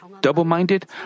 double-minded